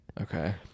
Okay